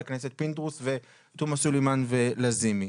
הכנסת פינדרוס ותומא סלימאן ולזימי.